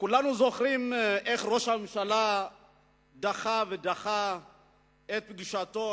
כולנו זוכרים איך ראש הממשלה דחה ודחה את פגישתו